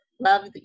Love